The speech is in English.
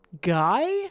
Guy